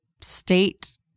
state